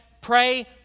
pray